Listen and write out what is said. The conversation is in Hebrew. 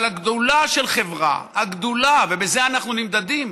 אבל הגדולה של חברה, ובזה אנחנו נמדדים,